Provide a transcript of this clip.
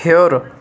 ہیٚور